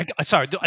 Sorry